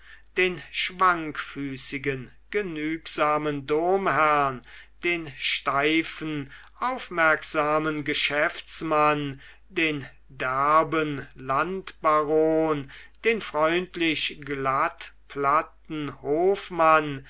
den schwankfüßigen genügsamen domherrn den steifen aufmerksamen geschäftsmann den derben landbaron den freundlich glatt platten hofmann